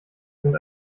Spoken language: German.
sind